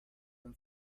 and